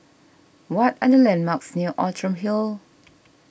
what are the landmarks near Outram Hill